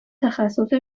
تخصص